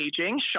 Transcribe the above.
aging